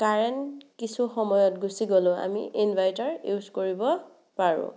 current কিছু সময়ত গুচি গ'লেও আমি ইন্ভাইটাৰ ইউজ কৰিব পাৰোঁ